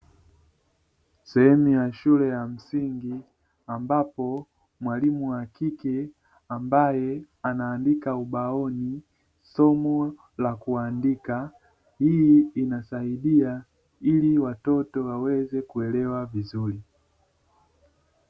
Sehemu ya shule ya msingi ambapo mwalimu wa kike ambaye anaandika ubaoni somo la kuandika. Hii inasaidia ili watoto waweze kuelewa vizuri.